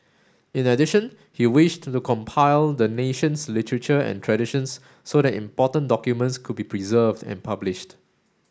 in addition he wished to compile the nation's literature and traditions so that important documents could be preserved and published